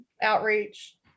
outreach